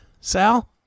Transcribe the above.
Sal